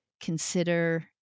consider